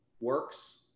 works